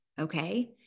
okay